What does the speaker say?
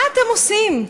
מה אתם עושים?